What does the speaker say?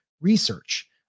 research